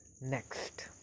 Next